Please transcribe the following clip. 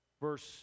verse